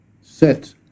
set